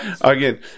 Again